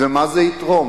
מה זה יתרום?